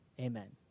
Amen